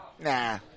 Nah